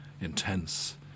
intense